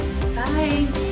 Bye